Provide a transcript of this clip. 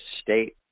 state